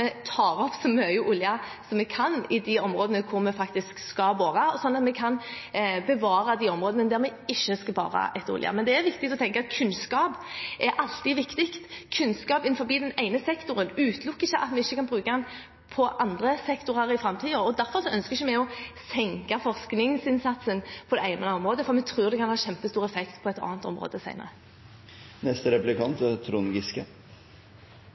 tar opp så mye olje vi kan i de områdene hvor vi faktisk skal bore, sånn at vi kan bevare de områdene der vi ikke skal bore etter olje. Men det er viktig å tenke at kunnskap alltid er viktig, at kunnskap innenfor den ene sektoren ikke utelukker at vi kan bruke den på andre sektorer i framtiden. Derfor ønsker vi ikke å senke forskningsinnsatsen på det ene området, for vi tror det kan ha kjempestor effekt på et annet område